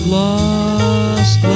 lost